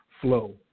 flow